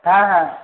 হ্যাঁ হ্যাঁ